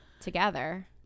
together